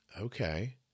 Okay